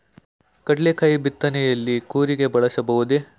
ಕಡ್ಲೆಕಾಯಿ ಬಿತ್ತನೆಯಲ್ಲಿ ಕೂರಿಗೆ ಬಳಸಬಹುದೇ?